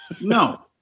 No